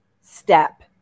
step